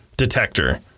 detector